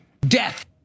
Death